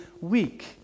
week